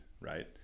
right